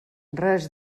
res